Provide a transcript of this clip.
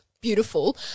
Beautiful